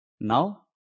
now